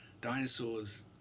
Dinosaurs